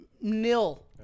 nil